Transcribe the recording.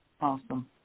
Awesome